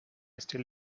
still